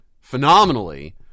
phenomenally